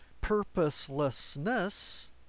purposelessness